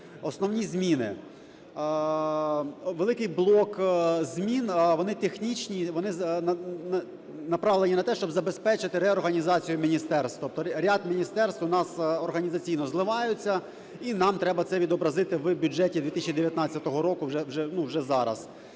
Основні зміни. Великий блок змін, вони технічні, вони направлені на те, щоб забезпечити реорганізацію міністерств. Ряд міністерств у нас організаційно зливаються, і нам треба це відобразити в бюджеті 2019 року вже зараз.